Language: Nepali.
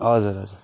हजुर हजुर